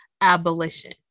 abolition